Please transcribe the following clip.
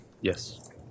Yes